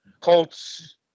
Colts